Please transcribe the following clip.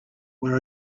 where